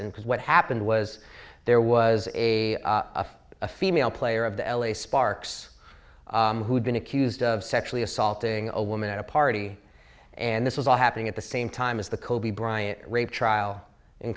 because what happened was there was a female player of the l a sparks who had been accused of sexually assaulting a woman at a party and this was all happening at the same time as the kobe bryant rape trial in